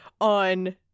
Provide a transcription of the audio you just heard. on